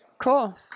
Cool